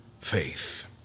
faith